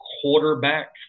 quarterback